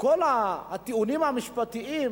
כל הטיעונים המשפטיים